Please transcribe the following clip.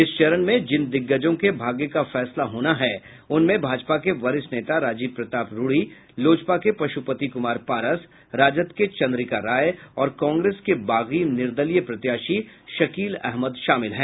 इस चरण में जिन दिग्गजों के भाग्य का फैसला होना है उनमें भाजपा के वरिष्ठ नेता राजीव प्रताप रूढ़ी लोजपा के पश्पति कुमार पारस राजद के चंद्रिका राय और कांग्रेस के बागी निर्दलीय प्रत्याशी शकील अहमद शामिल हैं